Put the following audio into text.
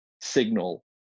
signal